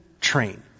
train